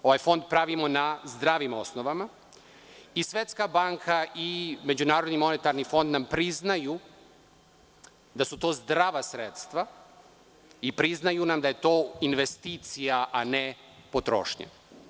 Ovaj fond pravimo na zdravim osnovama i Svetska banka i MMF nam priznaju da su to zdrava sredstva i priznaju nam da je to investicija, a ne potrošnja.